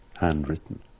handwritten.